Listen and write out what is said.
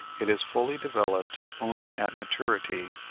it is fully developed only at maturity,